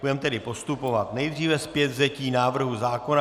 Budeme tedy postupovat nejdříve zpětvzetí návrhu zákona.